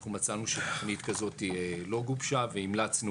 אנחנו מצאנו שתוכנית כזאת לא גובשה, המלצנו